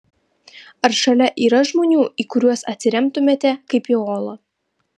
ar šalia yra žmonių į kuriuos atsiremtumėte kaip į uolą